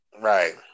right